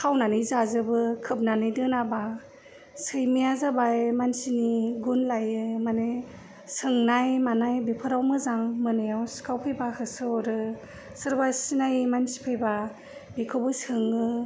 खावनानै जाजोबो खोबनानै दोनाबा सैमाया जाबाय मानसिनि गुन लायो माने सोंनाय मानाय बेफोराव मोजां मोनायाव सिखाव फैबा होसो हरो सोरबा सिनायै मानसि फैबा एखौबो सोङो